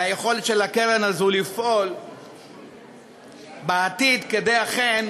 והיכולת של הקרן הזאת לפעול בעתיד כדי אכן